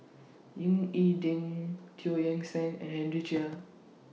Ying E Ding Teo Eng Seng and Henry Chia